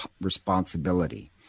responsibility